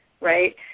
Right